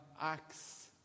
acts